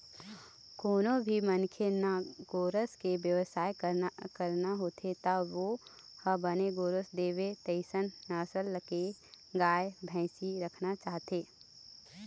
कोनो भी मनखे ल गोरस के बेवसाय करना होथे त ओ ह बने गोरस देवय तइसन नसल के गाय, भइसी राखना चाहथे